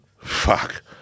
fuck